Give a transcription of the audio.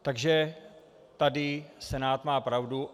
Takže tady Senát má pravdu.